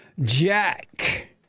Jack